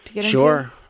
Sure